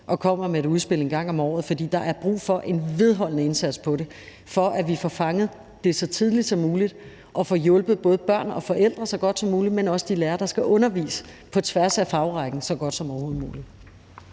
og kommer med et udspil en gang om året, for der er brug for en vedholdende indsats på det område, for at vi får det fanget så tidligt som muligt og får hjulpet både børn og forældre så godt som muligt, men også de lærere, der skal undervise på tværs af fagrækken, så godt som overhovedet muligt.